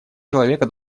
человека